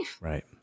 Right